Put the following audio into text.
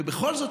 ובכל זאת,